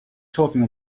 talking